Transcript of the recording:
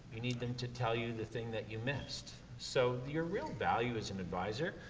you need them to tell you the thing that you missed. so your real value as an advisor,